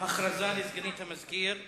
הודעה לסגנית המזכיר.